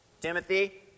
Timothy